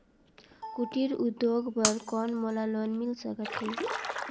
कुटीर उद्योग बर कौन मोला लोन मिल सकत हे?